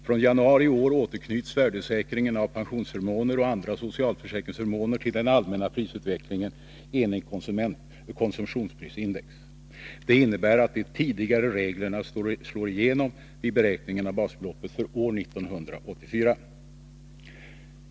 Från januari i år återknyts värdesäkringen av pensionsförmåner och andra socialförsäkringsförmåner till den allmänna prisutvecklingen enligt konsumentprisindex. Det innebär att de tidigare reglerna slår igenom vid beräkningen av basbeloppet för år 1984.